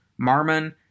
Marmon